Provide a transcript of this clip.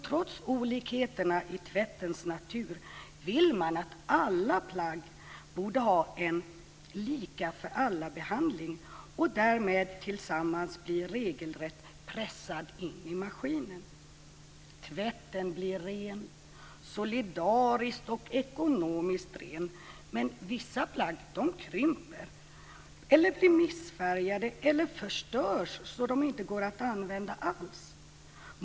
Trots olikheterna i tvättens natur vill man att alla plagg borde få en lika-för-alla-behandling och därmed tillsammans bli regelrätt pressade in i maskinen. Tvätten blir ren, solidariskt och ekonomiskt ren. Men vissa plagg krymper, blir missfärgade eller förstörs så att de inte går att använda alls.